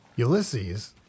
Ulysses